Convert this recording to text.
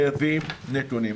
חייבים נתונים.